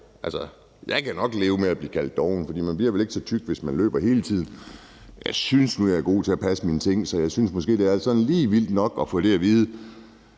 selv om jeg godt kan leve med at blive kaldt doven – for man bliver vel ikke så tyk, hvis man løber hele tiden – så synes jeg nu, jeg er god til at passe mine ting, og så synes jeg måske, det er lige vildt nok at få sådan noget at vide,